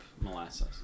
molasses